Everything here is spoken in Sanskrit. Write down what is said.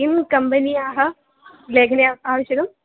किं कम्बनीयाः लेखनी आवश्यकी